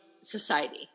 society